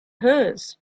hers